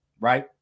right